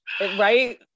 Right